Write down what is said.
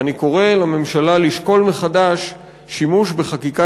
ואני קורא לממשלה לשקול מחדש שימוש בחקיקה